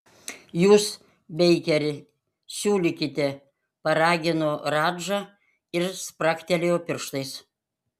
jūs beikeri siūlykite paragino radža ir spragtelėjo pirštais